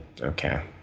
okay